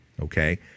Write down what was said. okay